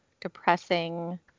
depressing